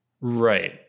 right